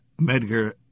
Medgar